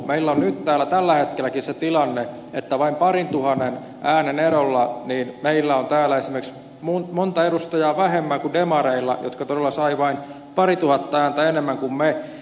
meillä on nyt täällä tällä hetkelläkin se tilanne että vain parintuhannen äänen erolla meillä on täällä esimerkiksi monta edustajaa vähemmän kuin demareilla jotka todella saivat vain parituhatta ääntä enemmän kuin me